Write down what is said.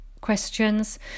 questions